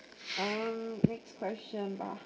um next question lah